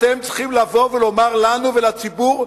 אתם צריכים לבוא ולומר לנו ולציבור,